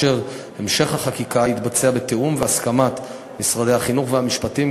והמשך החקיקה יתבצע בתיאום והסכמה בין משרדי החינוך והמשפטים,